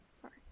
Sorry